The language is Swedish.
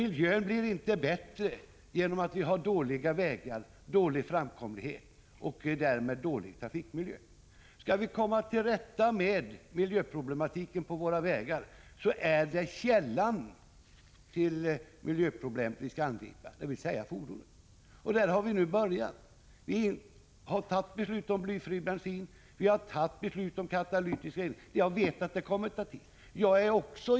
Miljön blir emellertid inte bättre genom att vägarna är dåliga, framkomligheten är dålig och trafikmiljön därmed är dålig. Om vi skall komma till rätta med miljöproblematiken på vägarna är det källan till miljöproblemen som skall angripas, dvs. fordonen. Vi har nu börjat göra det, genom att fatta beslut om blyfri bensin och om katalytisk avgasrening. Jag vet att detta kommer att ta tid.